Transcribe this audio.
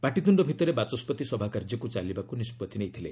ପାଟିତ୍ୟୁ ଭିତରେ ବାଚସ୍କତି ସଭାକାର୍ଯ୍ୟକୁ ଚାଲିବାକୁ ନିଷ୍ପଭି ନେଇଥିଲେ